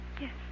Yes